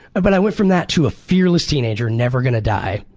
but i went from that to a fearless teenager, never gonna die.